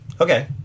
Okay